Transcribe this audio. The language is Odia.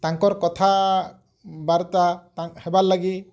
ତାଙ୍କର୍ କଥା ବାର୍ତ୍ତା ହେବାର୍ ଲାଗି